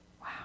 Wow